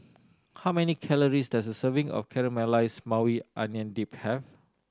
how many calories does a serving of Caramelized Maui Onion Dip have